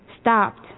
stopped